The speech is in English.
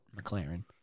McLaren